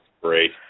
great